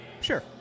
Sure